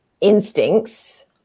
instincts